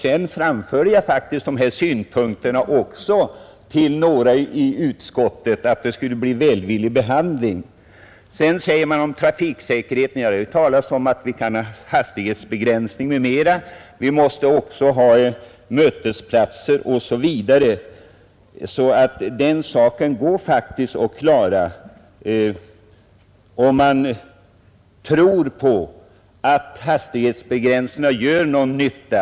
Däremot framförde jag faktiskt mina synpunkter till några ledamöter i jordbruksutskottet och hoppades att motionen skulle behandlas välvilligt. Beträffande trafiksäkerheten har det talats om att vi kan införa hastighetsbegränsning, ordna mötesplatser osv. Den saken går alltså att klara om man tror på att hastighetsbegränsningar gör någon nytta.